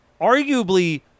arguably